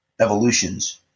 evolutions